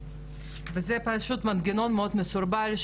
זה מנגנון מאוד מסורבל,